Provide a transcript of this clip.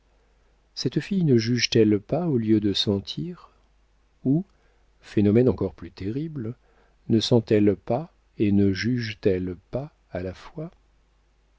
cette fille ne juge t elle pas au lieu de sentir ou phénomène encore plus terrible ne sent elle pas et ne juge t elle pas à la fois